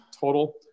total